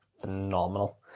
phenomenal